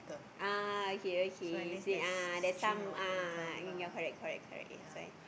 ah okay okay same ah that some ah yeah correct correct correct that's why